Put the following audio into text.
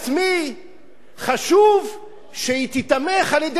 חשוב שהיא תיתמך על-ידי מרבית חברי הכנסת.